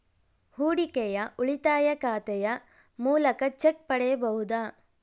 ಹೂಡಿಕೆಯ ಉಳಿತಾಯ ಖಾತೆಯ ಮೂಲಕ ಚೆಕ್ ಪಡೆಯಬಹುದಾ?